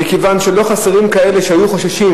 כי לא חסרים כאלה שהיו חוששים,